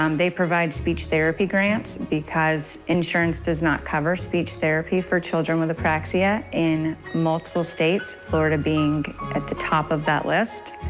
um they provide speech therapy grants because insurance does not cover speech therapy for children with aproxia, in multiple states, florida being at the top of the list.